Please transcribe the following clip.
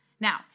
Now